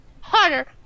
harder